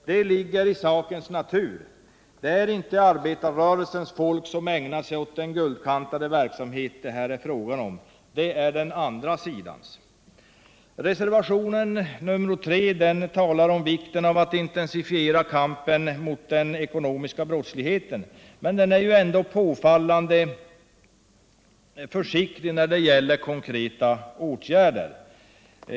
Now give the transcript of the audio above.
Det ligger i sakens natur — det är inte arbetarrörelsens folk som ägnar sig åt den guldkantade verksamhet det här är fråga om, det är den andra sidans. Reservationen 3 talar också om vikten av att intensifiera kampen mot den ekonomiska brottsligheten, men reservationen är påfallande försiktig när det gäller konkreta åtgärder.